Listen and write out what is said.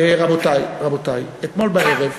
רבותי, רבותי, אתמול בערב,